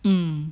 mm